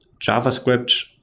JavaScript